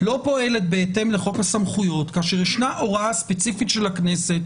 לא פועלת בהתאם לחוק הסמכויות כאשר ישנה הוראה ספציפית של הכנסת